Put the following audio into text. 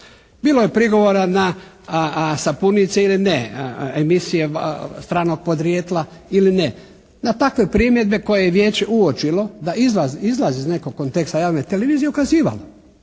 Bilo je prigovora na sapunice ili ne? Emisije stranog podrijetla ili ne? Na takve primjedbe koje je Vijeće uočilo da izlaze iz nekog konteksta javne televizije ukazivalo.